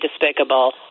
despicable